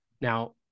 Now